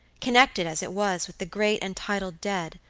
connected, as it was, with the great and titled dead,